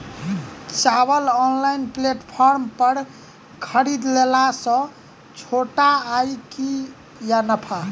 चावल online platform पर खरीदलासे घाटा होइ छै या नफा?